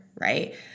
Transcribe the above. right